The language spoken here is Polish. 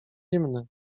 zimny